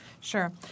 Sure